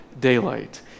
daylight